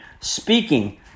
speaking